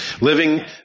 Living